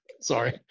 Sorry